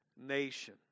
nation